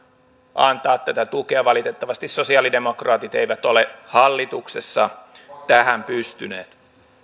antaa tätä tukea valitettavasti sosialidemokraatit eivät ole hallituksessa tähän pystyneet